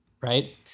right